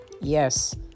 Yes